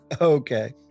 Okay